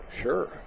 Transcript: sure